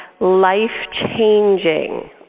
Life-changing